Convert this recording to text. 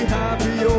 happy